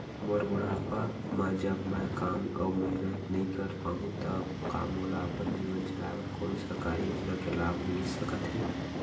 मोर बुढ़ापा मा जब मैं काम अऊ मेहनत नई कर पाहू तब का मोला अपन जीवन चलाए बर कोनो सरकारी योजना के लाभ मिलिस सकत हे?